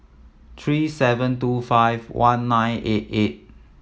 three seven two five one nine eight eight